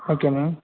okay ma'am